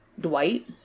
Dwight